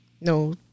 No